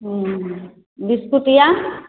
हूँ बिस्कुटिया